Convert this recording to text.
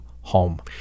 home